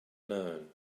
known